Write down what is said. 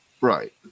Right